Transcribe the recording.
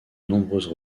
nombreuses